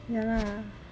ya lah